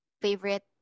favorite